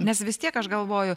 nes vis tiek aš galvoju